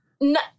no